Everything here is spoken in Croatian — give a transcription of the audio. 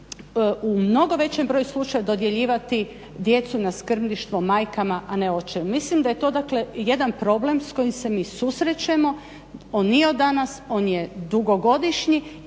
u mnogo većem broju slučajeva dodjeljivati djecu na skrbništvo majkama a ne očevima. Mislim da je to dakle jedan problem s kojim se mi susrećemo, on nije od danas, on je dugogodišnji.